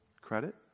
credit